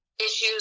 issues